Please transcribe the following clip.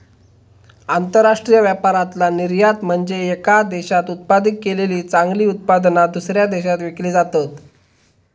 आंतरराष्ट्रीय व्यापारातला निर्यात म्हनजे येका देशात उत्पादित केलेली चांगली उत्पादना, दुसऱ्या देशात विकली जातत